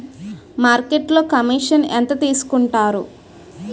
మార్కెట్లో కమిషన్ ఎంత తీసుకొంటారు?